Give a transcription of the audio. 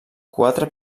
quatre